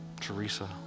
Teresa